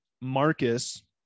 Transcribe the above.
Marcus